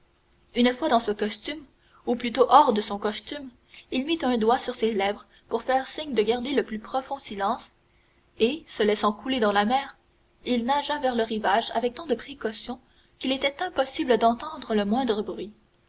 une fois dans ce costume ou plutôt hors de son costume il mit un doigt sur ses lèvres pour faire signe de garder le plus profond silence et se laissant couler dans la mer il nagea vers le rivage avec tant de précaution qu'il était impossible d'entendre le moindre bruit